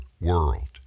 world